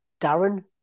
Darren